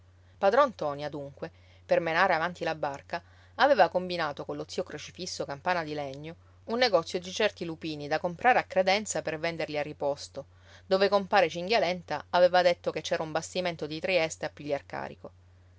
padron ntoni adunque per menare avanti la barca aveva combinato con lo zio crocifisso campana di legno un negozio di certi lupini da comprare a credenza per venderli a riposto dove compare cinghialenta aveva detto che c'era un bastimento di trieste a pigliar carico